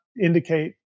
indicate